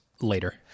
later